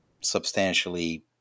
substantially